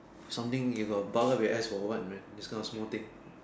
something you got bug up your ass or what man this kind of small thing